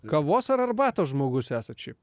kavos ar arbatos žmogus esat šiaip